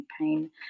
pain